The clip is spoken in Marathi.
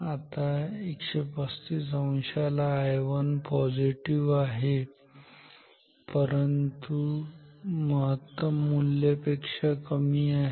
आता 135 अंशाला I1 पॉझिटिव्ह आहे परंतु महत्तम मूल्य पेक्षा कमी आहे